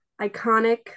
Iconic